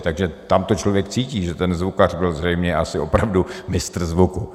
Takže tam to člověk cítí, že ten zvukař byl zřejmě asi opravdu mistr zvuku.